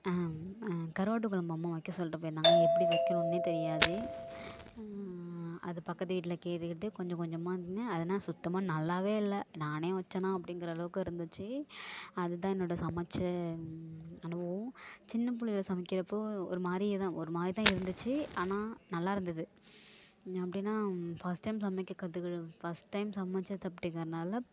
கருவாட்டு குலம்பு அம்மா வைக்க சொல்லிட்டு போயிருந்தாங்க எப்படி வைக்கணுன்னே தெரியாது அது பக்கத்து வீட்டில் கேட்டு கேட்டு கொஞ்ச கொஞ்சமாக செஞ்சேன் அது ஆனால் சுத்தமாக நல்லாவே இல்லை நானே வச்சேன்னா அப்படிங்கிற அளவுக்கு இருந்துச்சு அது தான் என்னோட சமைச்ச அனுபவம் சின்னப் பிள்ளையில சமைக்கிறப்போ ஒருமாதிரியே தான் ஒருமாதிரி தான் இருந்துச்சு ஆனால் நல்லா இருந்தது எப்படின்னா ஃபர்ஸ்ட் டைம் சமைக்க கற்றுக்கிட்டு ஃபர்ஸ்ட் டைம் சமைச்சது அப்படிங்கிறனால